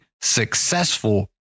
successful